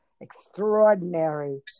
extraordinary